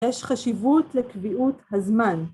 יש חשיבות לקביעות הזמן.